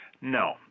No